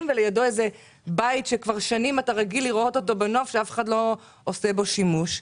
ולידו איזה בית שכבר שנים אף אחד לא עושה בו שימוש.